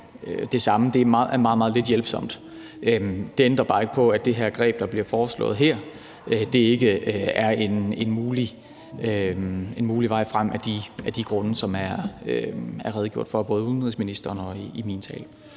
Det er meget, meget lidt hjælpsomt. Det ændrer bare ikke på, at det greb, der bliver foreslået her, ikke er en mulig vej frem af de grunde, som der er blevet redegjort for både af udenrigsministeren og i min tale.